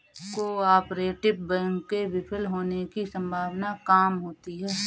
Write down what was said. cooperative bank के विफल होने की सम्भावना काम होती है